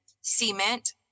Cement